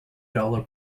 dollar